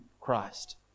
Christ